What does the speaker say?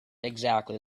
exactly